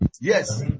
Yes